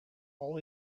all